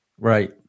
Right